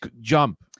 jump